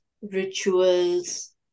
rituals